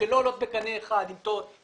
שלא עולות בקנה אחד עם טובת